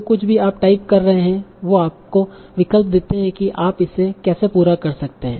जो कुछ भी आप टाइप कर रहे हैं वे आपको विकल्प देते हैं कि आप इसे कैसे पूरा कर सकते हैं